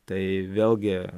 tai vėlgi